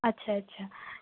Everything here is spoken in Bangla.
আচ্ছা আচ্ছা